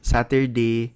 Saturday